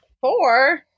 Four